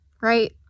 right